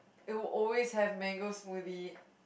it will always have mango smoothie